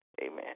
Amen